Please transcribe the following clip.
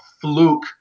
fluke